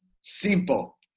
simple